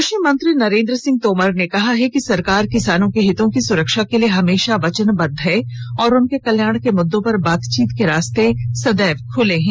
कृषि मंत्री नरेन्द्र सिंह तोमर ने कहा है कि सरकार किसानों के हितों की सुरक्षा के लिए हमेशा वचनबद्ध है और उनके कल्याण के मुद्दों पर बातचीत के रास्ते सदैव खुले हुए हैं